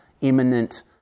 imminent